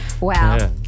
Wow